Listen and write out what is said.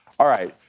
alright,